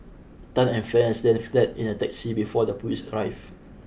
Tan and friends then fled in a taxi before the police arrived